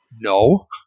no